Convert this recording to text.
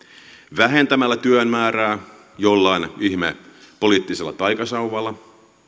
vähentämällä työn määrää jollain ihmeen poliittisella taikasauvalla